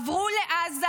עברו לעזה,